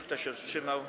Kto się wstrzymał?